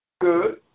Good